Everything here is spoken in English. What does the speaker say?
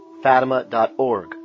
Fatima.org